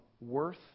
worth